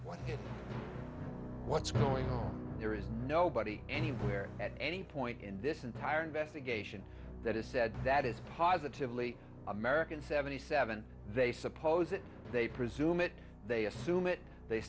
what what's going on there is nobody anywhere at any point in this entire investigation that has said that is positively american seventy seven they supposed they presume it they assume it they